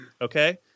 Okay